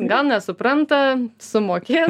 gal nesupranta sumokės